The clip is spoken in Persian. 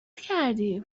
کردی